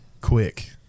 Quick